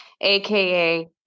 AKA